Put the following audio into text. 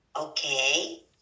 okay